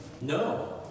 No